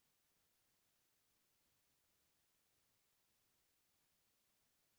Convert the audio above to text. गोल्लर के चमड़ी ल बने चमकत रहना चाही